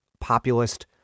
populist